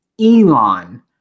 Elon